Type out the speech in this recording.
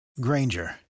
Granger